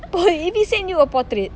!oi! if he send you a portrait